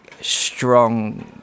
strong